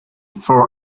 fall